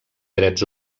drets